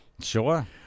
Sure